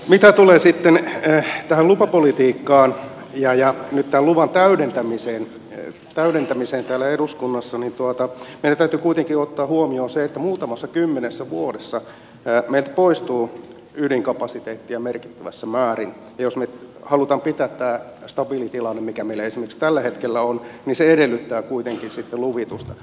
mitä tulee sitten tähän lupapolitiikkaan ja nyt tämän luvan täydentämiseen täällä eduskunnassa niin meidän täytyy kuitenkin ottaa huomioon se että muutamassa kymmenessä vuodessa meiltä poistuu ydinkapasiteettia merkittävässä määrin ja jos me haluamme pitää tämän stabiilin tilanteen mikä meillä esimerkiksi tällä hetkellä on se edellyttää kuitenkin sitten luvitusta